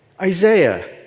isaiah